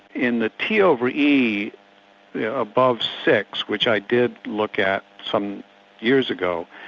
in the t over e yeah above six, which i did look at some years ago.